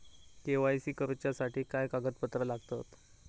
KYC करूच्यासाठी काय कागदपत्रा लागतत?